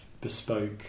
bespoke